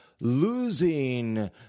losing